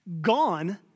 gone